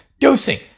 dosing